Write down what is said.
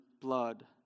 blood